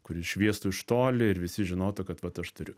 kuri šviestų iš toli ir visi žinotų kad vat aš turiu